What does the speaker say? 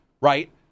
right